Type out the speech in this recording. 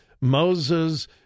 Moses